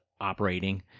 operating